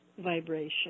vibration